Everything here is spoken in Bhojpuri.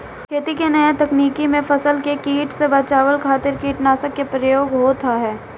खेती के नया तकनीकी में फसल के कीट से बचावे खातिर कीटनाशक के उपयोग होत ह